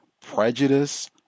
prejudice